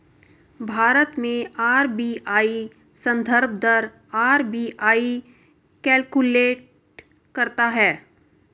भारत में आर.बी.आई संदर्भ दर आर.बी.आई कैलकुलेट करता है